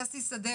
ששי שדה,